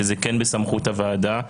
שזה כן בסמכות הוועדה.